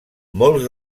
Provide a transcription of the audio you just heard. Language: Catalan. molts